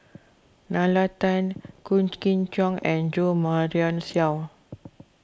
Nalla Tan Wong Kin Jong and Jo Marion Seow